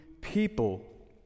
people